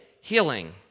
healing